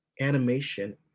animation